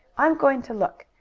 i'm going to look,